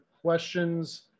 questions